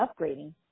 upgrading